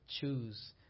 choose